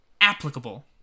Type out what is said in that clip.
applicable